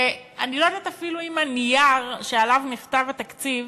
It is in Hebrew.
ואני לא יודעת אפילו אם הנייר שעליו נכתב התקציב